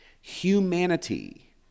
Humanity